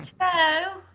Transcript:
Hello